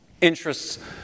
interests